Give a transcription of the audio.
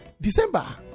December